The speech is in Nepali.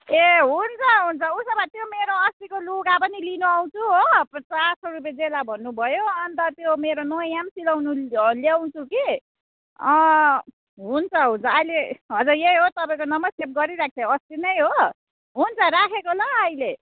ए हुन्छ हुन्छ उसो भए त्यो मेरो अस्तिको लुगा पनि लिनु आउँछु हो चार सौ रुपियाँ जेला भन्नुभयो अन्त त्यो मेरो नयाँ पनि सिलाउनु ल्याउँछु कि हुन्छ हुन्छ अहिले हजुर यही हो तपाईँको नम्बर सेभ गरिरखेको थिएँ अस्ति नै हो हुन्छ राखेको ल अहिले